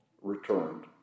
returned